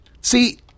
See